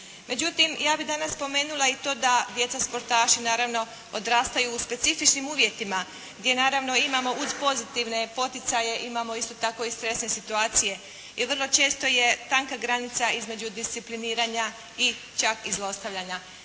Međutim, ja bih danas spomenula i to da djeca sportaši naravno odrastaju u specifičnim uvjetima, gdje naravno imamo uz pozitivne poticaje imamo isto tako i stresne situacije i vrlo često je tanka granica između discipliniranja i čak i zlostavljanja.